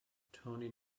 toni